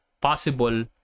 possible